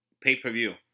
pay-per-view